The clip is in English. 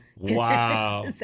Wow